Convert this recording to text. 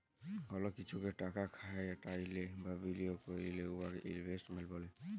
call কিছুতে টাকা খাটাইলে বা বিলিয়গ ক্যইরলে উয়াকে ইলভেস্টমেল্ট ব্যলে